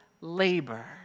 labor